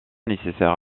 nécessaires